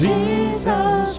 Jesus